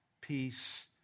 peace